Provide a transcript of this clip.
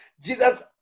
Jesus